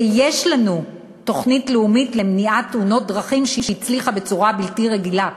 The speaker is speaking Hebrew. ויש לנו תוכנית לאומית למניעת תאונות דרכים שהצליחה בצורה בלתי רגילה,